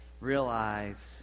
Realize